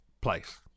place